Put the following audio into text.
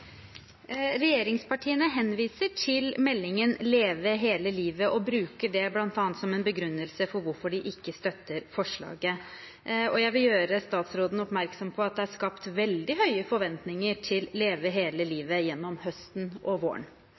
hvorfor de ikke støtter forslaget. Jeg vil gjøre statsråden oppmerksom på at det er skapt veldig høye forventninger til Leve hele livet gjennom høsten og våren.